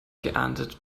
geerntet